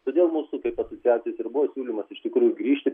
todėl mūsų kaip asociacijos ir buvo siūlymas iš tikrųjų grįžti